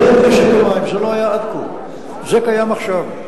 זה לא היה עד כה, זה קיים עכשיו.